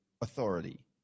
authority